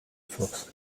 forces